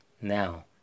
Now